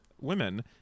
women